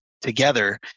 together